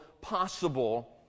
possible